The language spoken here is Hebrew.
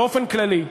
באופן כללי.